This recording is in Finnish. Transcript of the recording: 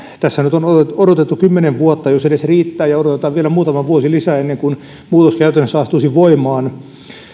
tässä nyt on odotettu kymmenen vuotta jos edes riittää ja odotetaan vielä muutama vuosi lisää ennen kuin muutos käytännössä astuisi voimaan